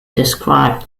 described